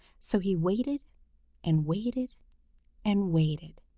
so he waited and waited and waited.